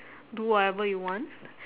do whatever you want